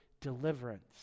deliverance